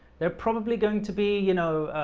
they're probably going to be you know,